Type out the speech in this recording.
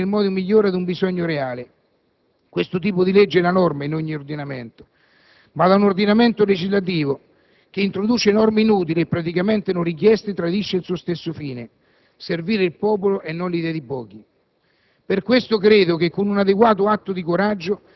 Una legge può anche essere sbagliata, perché non risponde nel modo migliore ad un bisogno reale: questo tipo di legge è la norma in ogni ordinamento; ma un ordinamento legislativo che introduce norme inutili e praticamente non richieste tradisce il suo stesso fine: servire il popolo e non le idee di pochi.